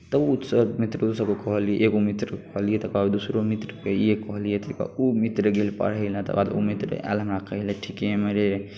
तऽ ई मित्रसभ मित्रोसभकेँ कहलियै एगो मित्रके कहलियै तकर बाद दोसरो मित्रके इएह कहलियै तऽ ओ मित्र गेल पढ़य लेल तऽ ओ मित्र आयल हमरा कहय लेल ठीकेमे रे